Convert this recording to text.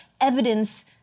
evidence